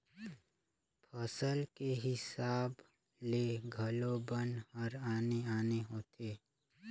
फसल के हिसाब ले घलो बन हर आने आने होथे